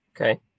Okay